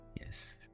Yes